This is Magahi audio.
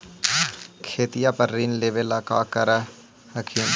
खेतिया पर ऋण लेबे ला की कर हखिन?